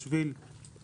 בשביל,